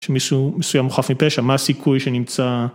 ‫יש מסוים הוא חף מפשע, ‫מה הסיכוי שנמצא?